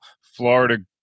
Florida